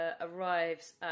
arrives